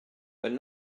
but